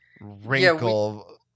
wrinkle